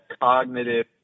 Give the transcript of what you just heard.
cognitive